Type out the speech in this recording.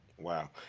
Wow